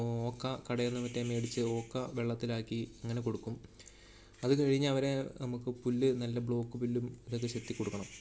ഓക്ക കടയിൽനിന്ന് മറ്റേ വേടിച്ച് ഓക്ക വെള്ളത്തിലാക്കി ഇങ്ങനെ കൊടുക്കും അത് കഴിഞ്ഞ് അവരെ നമുക്ക് പുല്ല് നല്ല ബ്ലോക്ക് പുല്ലും ഇതൊക്കെ ചെത്തി കൊടുക്കണം